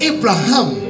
Abraham